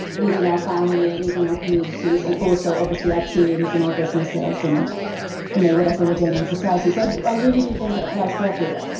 leading our family, leading our communities, and also obviously our teams and our businesses and you know whatever we're doing in society. so i really do think it applies to everyone